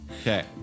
Okay